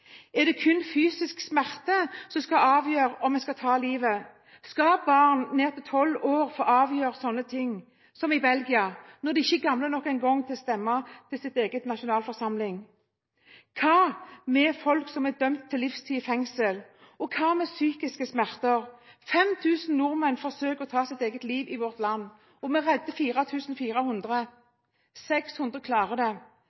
Er det kun fysisk smerte som skal avgjøre om vi skal ta liv? Skal barn ned til 12 år få avgjøre sånne ting, som i Belgia – når de ikke engang er gamle nok til å stemme til sin egen nasjonalforsamling? Hva med folk som er dømt til livstid i fengsel? Og hva med psykiske smerter? 5 000 nordmenn forsøker å ta sitt eget liv i vårt land. Vi